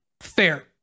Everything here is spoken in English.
fair